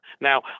now